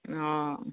অঁ